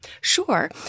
Sure